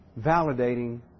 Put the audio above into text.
Validating